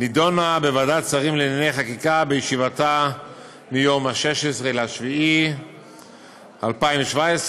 נדונה בוועדת שרים לענייני חקיקה בישיבתה מיום 16 ביולי 2017,